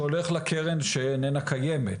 שהולך לקרן שאיננה קיימת,